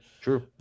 True